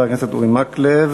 תודה, חבר הכנסת אורי מקלב.